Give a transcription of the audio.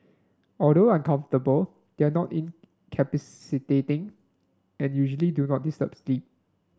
although uncomfortable they are not incapacitating and usually do not disturb sleep